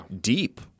deep